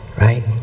right